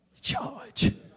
charge